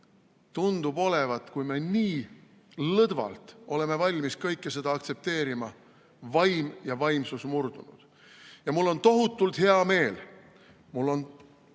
tundub olevat, kui me nii lõdvalt oleme valmis kõike seda aktsepteerima, vaim ja vaimsus murdunud. Mul on tohutult hea meel, mul on suur